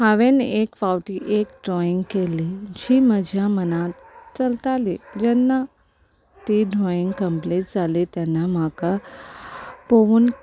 हांवें एक फावटी एक ड्रॉईंग केली जी म्हज्या मनांत चलताली जेन्ना ती ड्रॉइंग कंप्लीट जाली तेन्ना म्हाका पळोवन